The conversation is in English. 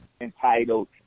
entitled